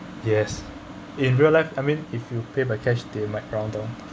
yes in real life I mean if you pay by cash they might round down